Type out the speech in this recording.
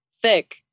thick